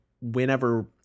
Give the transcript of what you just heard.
whenever